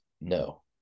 No